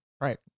Right